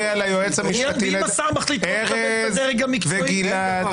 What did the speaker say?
אין דבר